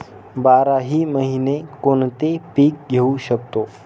बाराही महिने कोणते पीक घेवू शकतो?